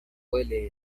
cuele